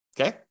Okay